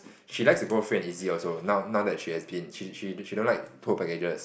she likes to go free and easy also now now that she has been she she she don't like tour packages